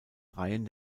reihen